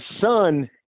son